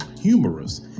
humorous